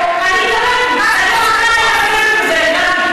את יודעת, אני, בניגוד,